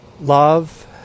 love